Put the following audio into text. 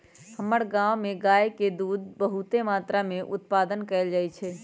हमर गांव में गाय के दूध बहुते मत्रा में उत्पादन कएल जाइ छइ